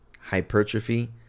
hypertrophy